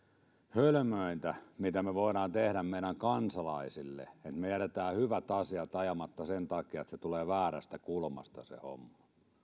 hölmöintä mitä voidaan tehdä meidän kansalaisillemme että jätetään hyvät asiat ajamatta sen takia että se homma tulee väärästä kulmasta